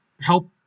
help